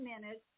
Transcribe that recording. minutes